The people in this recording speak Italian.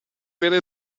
avere